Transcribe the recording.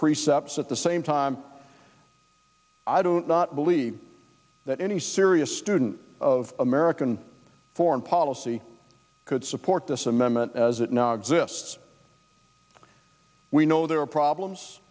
precepts at the same time i do not believe that any serious student of american foreign policy could support this amendment as it now exists we know there are problems